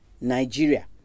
Nigeria